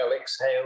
exhale